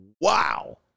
wow